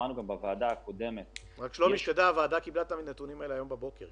הוועדה קיבלה את הנתונים האלה היום בבוקר.